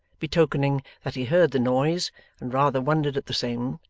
betokening that he heard the noise and rather wondered at the same,